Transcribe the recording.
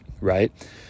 right